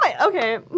okay